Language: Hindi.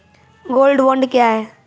गोल्ड बॉन्ड क्या है?